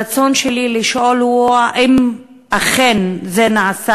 ברצוני לשאול: 1. האם זה אכן נעשה?